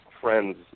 friends